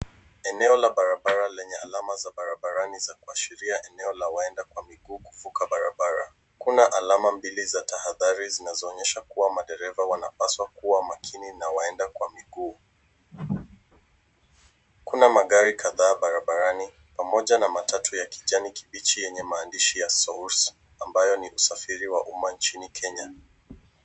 Eneo la barabara lenye alama za barabarani za kuashiria eneo la waenda kwa miguu kuvuka barabara, kuna alama mbili za tahadhari zinazoonyesha kuwa maderva wanapaswa kuwa makini na waenda kwa miguu. Kuna magari kadhaa barabarani pamoja na matatu ya kijani kibichi yenye maandishi ya Source ambayo ni ya usafiri wa umma nchini Kenya.